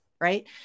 right